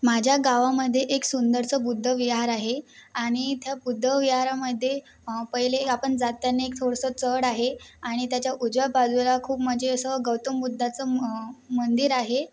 माझ्या गावामध्ये एक सुंदरसं बुद्ध विहार आहे आणि त्या बुद्ध विहारामध्ये पहिले आपण जाताना एक थोडंसं चढ आहे आणि त्याच्या उजव्या बाजूला खूप म्हणजे असं गौतम बुद्धाचं मं मंदिर आहे